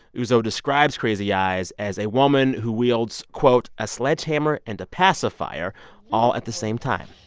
uzo describes crazy eyes as a woman who wields, quote, a sledgehammer and a pacifier all at the same time.